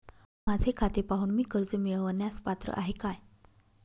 माझे खाते पाहून मी कर्ज मिळवण्यास पात्र आहे काय?